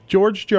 George